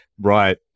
right